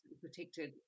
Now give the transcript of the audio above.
protected